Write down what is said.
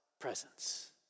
presence